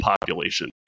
population